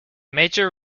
major